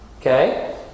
Okay